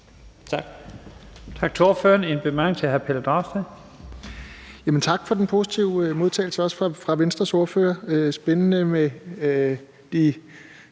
Tak.